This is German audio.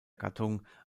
gattung